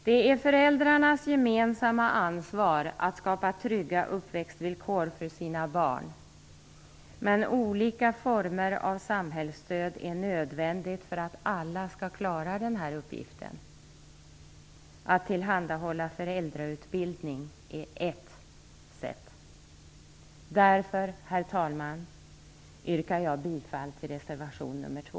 Det är föräldrarnas gemensamma ansvar att skapa trygga uppväxtvillkor för sina barn, men olika former av samhällsstöd är nödvändigt för att alla skall klara denna uppgift. Att tillhandahålla föräldrautbildning är ett sätt. Därför, herr talman, yrkar jag bifall till reservation nr 2.